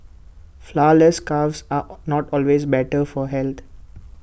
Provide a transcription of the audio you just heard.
Flourless Cakes are not always better for health